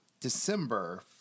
December